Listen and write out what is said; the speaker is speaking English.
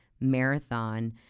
marathon